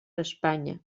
espanya